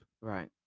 Right